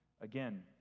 Again